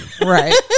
Right